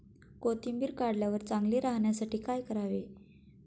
कोथिंबीर काढल्यावर चांगली राहण्यासाठी काय करावे?